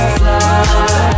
fly